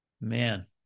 man